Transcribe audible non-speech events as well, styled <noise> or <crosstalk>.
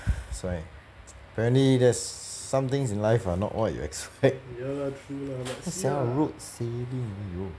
<breath> that's why <noise> apparently that's somethings in life are not what you expect <laughs> ya sia road sailing !aiyo!